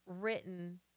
written